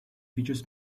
features